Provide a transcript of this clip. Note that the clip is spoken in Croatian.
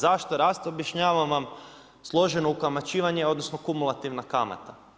Zašto raste objašnjavam vam, složeno ukamaćivanje, odnosno kumulativna kamata.